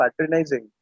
patronizing